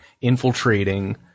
infiltrating